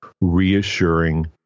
reassuring